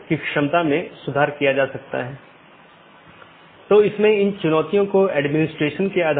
हमारे पास EBGP बाहरी BGP है जो कि ASes के बीच संचार करने के लिए इस्तेमाल करते हैं औरबी दूसरा IBGP जो कि AS के अन्दर संवाद करने के लिए है